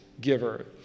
giver